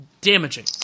damaging